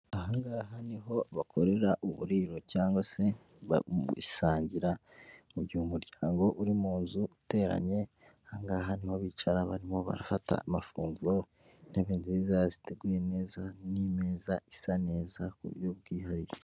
Aha ngaha ni ho bakorera uburiro cyangwa se gusangira, mu gihe umuryango uri mu nzu uteranye, aha ngaha ni ho bicara barimo barafata amafunguro, intebe nziza, ziteguye neza n'imeza isa neza ku buryo bwihariye.